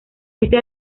este